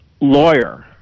lawyer